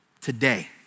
today